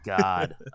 God